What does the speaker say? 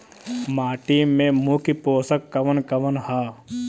माटी में मुख्य पोषक कवन कवन ह?